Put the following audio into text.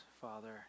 Father